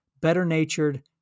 better-natured